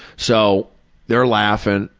so they're laughing.